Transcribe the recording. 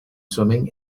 swimming